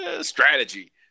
Strategy